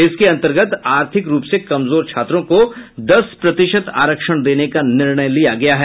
इसके अंतर्गत आर्थिक रूप से कमजोर छात्रों को दस प्रतिशत आरक्षण देने का निर्णय लिया गया है